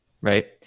right